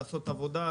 לעשות עבודה,